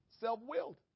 self-willed